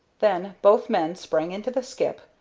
then both men sprang into the skip,